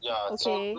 okay